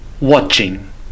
watching